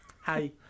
Hi